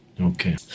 Okay